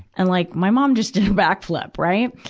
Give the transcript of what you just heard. and, like, my mom just did backflip, right?